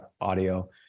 audio